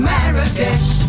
Marrakesh